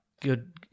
Good